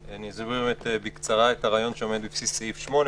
אני אסביר בקצרה את הרעיון שעומד בבסיס סעיף 8,